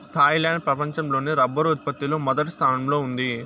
Thailand ప్రపంచం లోనే rubber ఉత్పత్తి లో మొదటి స్థానంలో ఉంది